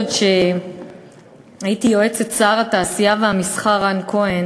עוד כשהייתי יועצת שר התעשייה והמסחר רן כהן,